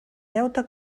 deute